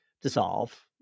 dissolve